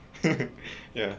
yeah